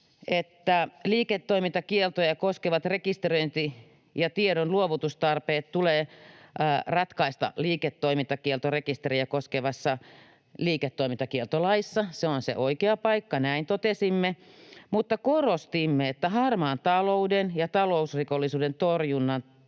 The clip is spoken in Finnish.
että liiketoimintakieltoja koskevat rekisteröinti‑ ja tiedonluovutustarpeet tulee ratkaista liiketoimintakieltorekisteriä koskevassa liiketoimintakieltolaissa. Se on se oikea paikka — näin totesimme — mutta korostimme harmaan talouden ja talousrikollisuuden torjunnan